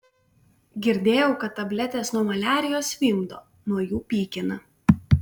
girdėjau kad tabletės nuo maliarijos vimdo nuo jų pykina